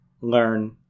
Learn